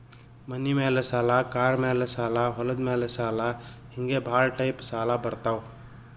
ಮನಿ ಮ್ಯಾಲ ಸಾಲ, ಕಾರ್ ಮ್ಯಾಲ ಸಾಲ, ಹೊಲದ ಮ್ಯಾಲ ಸಾಲ ಹಿಂಗೆ ಭಾಳ ಟೈಪ್ ಸಾಲ ಬರ್ತಾವ್